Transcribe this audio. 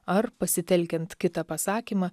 ar pasitelkiant kitą pasakymą